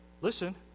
Listen